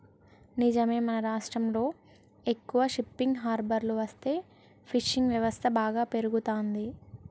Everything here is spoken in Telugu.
నిజమే మన రాష్ట్రంలో ఎక్కువ షిప్పింగ్ హార్బర్లు వస్తే ఫిషింగ్ వ్యవస్థ బాగా పెరుగుతంది